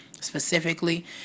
specifically